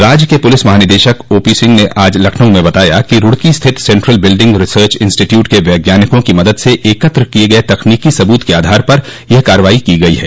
राज्य के पुलिस महानिदेशक ओपी सिंह ने आज लखनऊ में बताया कि रूड़की स्थित सेन्ट्रल बिल्डिंग रिसर्च इंस्टीट्यूट के वैज्ञानिकों की मदद से एकत्र किये गये तकनीकी सबूतों के आधार पर यह कार्रवाई की गई है